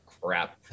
crap